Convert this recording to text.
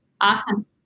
Awesome